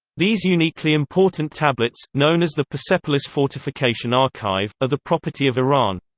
these uniquely important tablets, known as the persepolis fortification archive, are the property of iran.